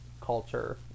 culture